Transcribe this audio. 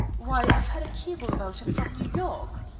why, i've had a cable about him from new york.